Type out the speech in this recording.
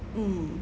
mm